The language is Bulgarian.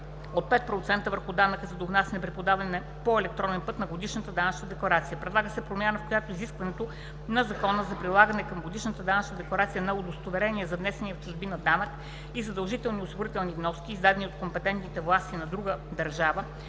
от 5% върху данъка за довнасяне при подаване по електронен път на годишната данъчна декларация. Предлага се промяна, с която изискването на Закона за прилагане към годишната данъчна декларация на „удостоверения“ за внесения в чужбина данък и задължителни осигурителни вноски, издадени от компетентните власти на другата държава,